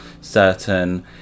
certain